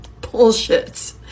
bullshits